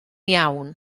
iawn